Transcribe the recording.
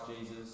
Jesus